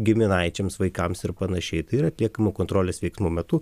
giminaičiams vaikams ir panašiai tai yra atliekama kontrolės veiksmų metu